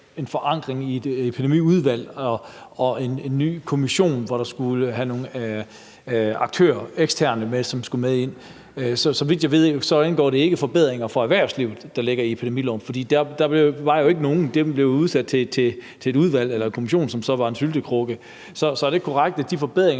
en forankring i et epidemiudvalg og i en ny kommission, hvor der skulle nogle eksterne aktører med ind. Så vidt jeg ved, indgår der ikke forbedringer for erhvervslivet i den nye epidemilov. For der var jo ikke nogen. Det lagde man ud til et udvalg eller en kommission, som så var en syltekrukke. Så er det ikke korrekt, at de forbedringer,